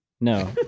No